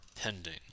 pending